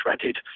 shredded